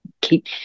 keep